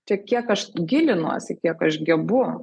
čia kiek aš gilinuosi kiek aš gebu